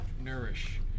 Nourish